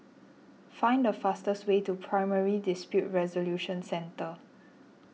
find the fastest way to Primary Dispute Resolution Centre